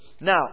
Now